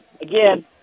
again